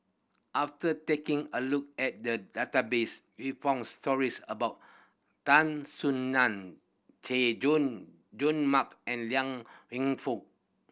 after taking a look at the that database we found stories about Tan Soo Nan Chay Jung Jun Mark and Liang Wenfu